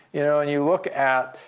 you know and you look at